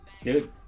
Dude